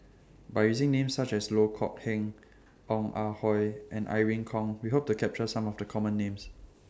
By using Names such as Loh Kok Heng Ong Ah Hoi and Irene Khong We Hope to capture Some of The Common Names